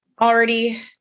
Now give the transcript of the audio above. already